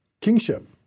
Kingship